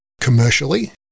commercially